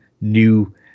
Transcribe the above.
new